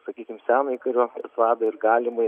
sakykim senąjį kariuomenės vadą ir galimai